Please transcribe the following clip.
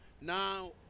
now